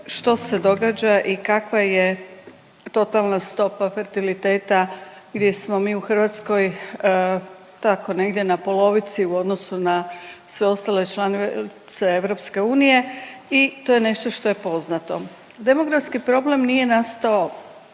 što se događa i kakva je totalna stopa fertiliteta, gdje smo mi u Hrvatskoj, tako negdje na polovici, u odnosu na sve ostale članice EU i to je nešto što je poznato. Demografski problem nije nastao